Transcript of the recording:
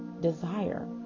desire